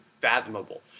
fathomable